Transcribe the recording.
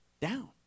Down